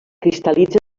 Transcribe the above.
cristal·litza